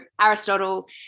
Aristotle